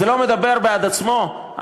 המספרים מדברים בעד עצמם.